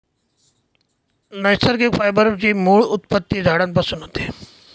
नैसर्गिक फायबर ची मूळ उत्पत्ती झाडांपासून होते